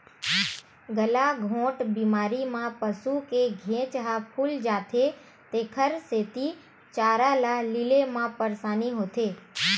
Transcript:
गलाघोंट बेमारी म पसू के घेंच ह फूल जाथे तेखर सेती चारा ल लीले म परसानी होथे